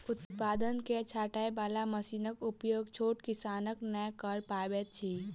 उत्पाद के छाँटय बाला मशीनक उपयोग छोट किसान नै कअ पबैत अछि